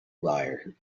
liar